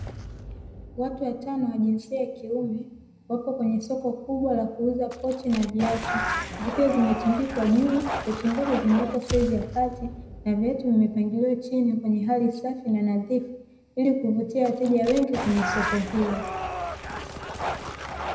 Watu watano wa jinsia ya kiume, wako kwenye soko kubwa la kuuza pochi na viatu zikiwa zimetundikwa juu, pochi ndogo zimewekwa saizi ya kati na viatu vimepangiliwa chini kwenye hali safi na nadhifu; ili kuvutia wateja wengi kwenye soko hilo.